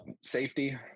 Safety